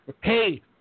Hey